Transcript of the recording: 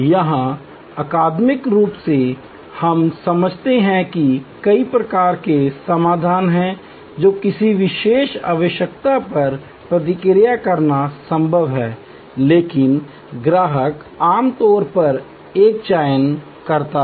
यहां अकादमिक रूप से हम समझते हैं कि कई प्रकार के समाधान हैं जो किसी विशेष आवश्यकता पर प्रतिक्रिया करना संभव है लेकिन ग्राहक आमतौर पर एक चयन करता है